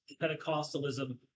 Pentecostalism